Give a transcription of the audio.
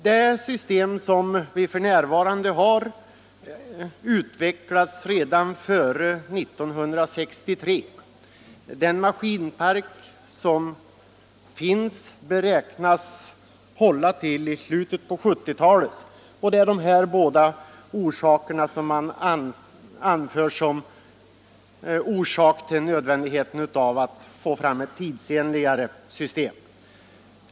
Det system som vi f.n. har utvecklades redan före 1963. Den maskinpark som finns beräknas hålla till slutet av 1970-talet. Dessa båda omständigheter anför man som orsaker till att det är nödvändigt att få fram ett tidsenligare system.